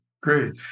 Great